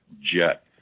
jet